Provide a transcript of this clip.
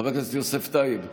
חבר הכנסת איתן גינזבורג,